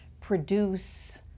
produce